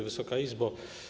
Wysoka Izbo!